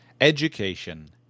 education